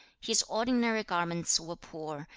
his ordinary garments were poor,